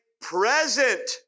present